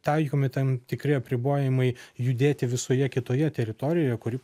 taikomi tam tikri apribojimai judėti visoje kitoje teritorijoje kuri